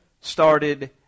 started